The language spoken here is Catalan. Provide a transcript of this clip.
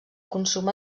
consum